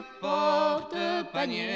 porte-panier